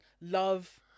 love